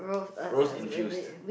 rose infused